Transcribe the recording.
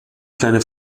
kleine